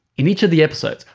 in each of the episodes,